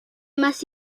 más